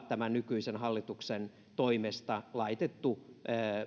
tämän nykyisen hallituksen toimesta laitettu